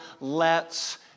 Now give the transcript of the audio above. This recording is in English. lets